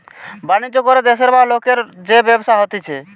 বাণিজ্য করে দেশের বা লোকের যে ব্যবসা হতিছে